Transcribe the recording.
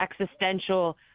existential